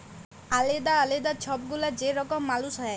আলেদা আলেদা ছব গুলা যে রকম মালুস হ্যয়